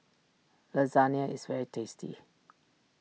Lasagne is very tasty